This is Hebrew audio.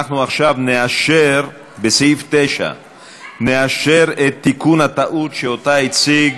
אנחנו עכשיו בסעיף 9. נאשר את תיקון הטעות שהציג